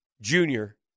junior